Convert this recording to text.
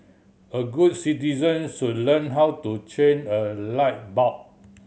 all good citizen should learn how to change a light bulb